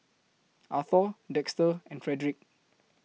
Arthor Dexter and Fredrick